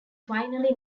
finally